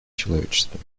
человечества